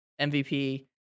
MVP